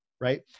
Right